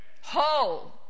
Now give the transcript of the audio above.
Whole